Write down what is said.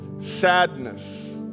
sadness